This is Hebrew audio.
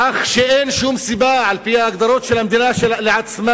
כך שאין שום סיבה, על-פי ההגדרות של המדינה לעצמה